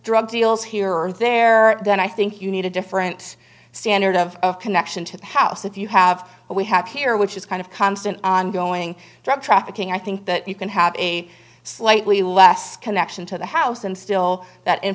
drug deals here or there then i think you need a different standard of connection to the house if you have what we have here which is kind of constant ongoing drug trafficking i think that you can have a slightly less connection to the house and still that in